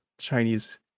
Chinese